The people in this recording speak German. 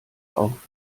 auf